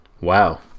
Wow